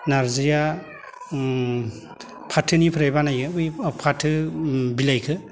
नारजिया फाथोनिफ्राय बानायो बै फाथो बिलाइखौ